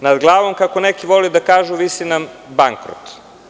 Nad glavom, kako neki vole da kažu, visi nam bankrot.